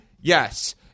Yes